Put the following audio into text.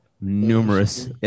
numerous